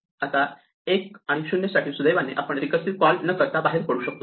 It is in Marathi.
आता 1 आणि 0 साठी सुदैवाने आपण रिकर्सिव कॉल न करता बाहेर पडू शकतो